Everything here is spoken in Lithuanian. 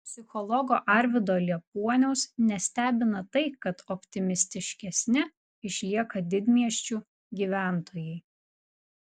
psichologo arvydo liepuoniaus nestebina tai kad optimistiškesni išlieka didmiesčių gyventojai